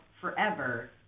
forever